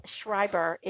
Schreiber